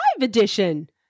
edition